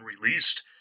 released